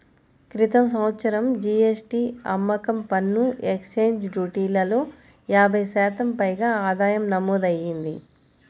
క్రితం సంవత్సరం జీ.ఎస్.టీ, అమ్మకం పన్ను, ఎక్సైజ్ డ్యూటీలలో యాభై శాతం పైగా ఆదాయం నమోదయ్యింది